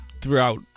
throughout